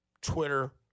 Twitter